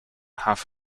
half